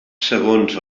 segons